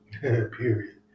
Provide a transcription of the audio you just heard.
Period